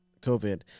COVID